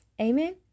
Amen